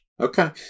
Okay